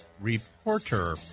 REPORTER